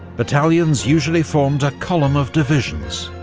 battalions usually formed a column of divisions.